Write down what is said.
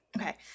Okay